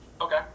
Okay